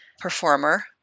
performer